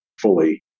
fully